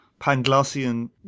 Panglossian